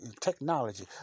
technology